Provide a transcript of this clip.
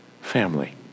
family